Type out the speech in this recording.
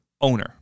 owner